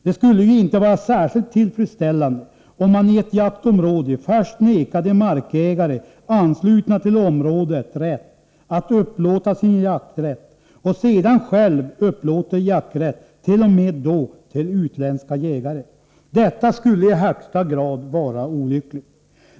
Det skulle inte vara särskilt tillfredsställande om man i ett jaktområde först vägrade markägare anslutna till området rätt att upplåta sin jakträtt och sedan själv upplät jakträtt, kanske t.o.m. till utländska jägare. Detta skulle vara i högsta grad olyckligt.